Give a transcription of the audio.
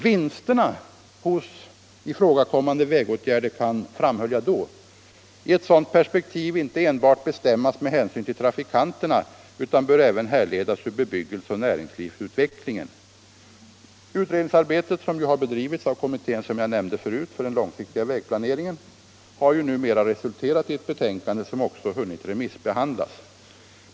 Vinsterna hos ifrågakommande vägåtgärder kan — framhöll jag då — i ett sådant perspektiv inte enbart bestämmas med hänsyn till trafikanterna utan bör även härledas ur bebyggelseoch näringslivsutvecklingen. Utredningsarbetet som bedrivits av kommittén — som jag förut nämnde —- för den långsiktiga vägplaneringen har numera resulterat i ett betänkande, som även hunnit remissbehandlas.